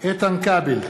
איתן כבל,